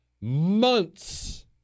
months